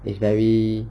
it's very